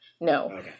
No